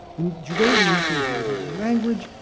the judeo-venetian was the everyday language.